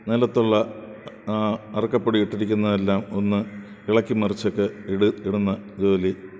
നിലത്തുള്ള അറക്കപ്പൊടി ഇട്ടിരിക്കുന്നതെല്ലാം ഒന്ന് ഇളക്കി മറിച്ചൊക്കെ ഇടുന്ന ഇടുന്ന ജോലി